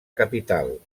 capital